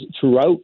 throughout